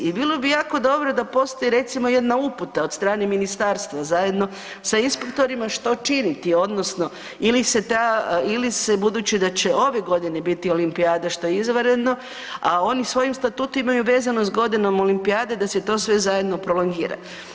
I bilo bi jako dobro da postoji recimo jedna uputa od strane ministarstva zajedno sa inspektorima što činiti odnosno ili se ta ili se budući da će ove godine biti olimpijada što je izvanredno, a oni svoj statut imaju vezano s godinom olimpijade da se to sve zajedno prolongira.